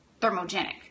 thermogenic